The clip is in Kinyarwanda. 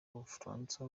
ubufaransa